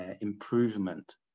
improvement